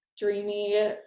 dreamy